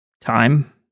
time